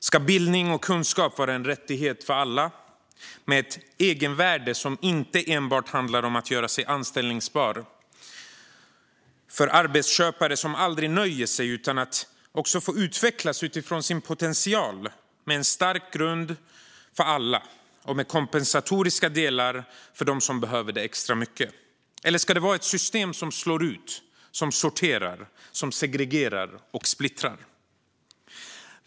Ska bildning och kunskap vara en rättighet för alla, med ett egenvärde som inte enbart handlar om att göra sig anställbar för arbetsköpare som aldrig nöjer sig utan också om att få utvecklas utifrån sin potential - en stark grund för alla, med kompensatoriska delar för dem som behöver det extra mycket? Eller ska det vara ett system som slår ut, som sorterar, som segregerar och som splittrar?